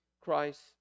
Christ